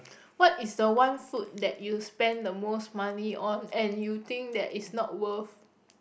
what is the one food that you spend the most money on and you think that it's not worth